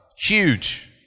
Huge